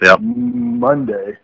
Monday